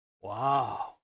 Wow